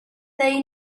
they